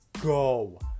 go